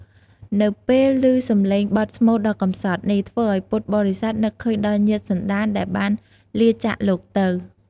នៅពេលលឺសំឡេងបទស្មូតដ៏កម្សត់នេះ ធ្វើឲ្យពុទ្ធបរិស័ទនឹកឃើញដល់ញាតិសន្តានដែលបានលាចាកលោកទៅ។